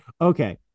Okay